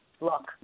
Look